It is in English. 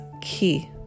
key